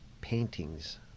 paintings